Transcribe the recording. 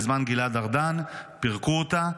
בזמן גלעד ארדן פירקו אותה,